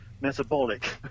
metabolic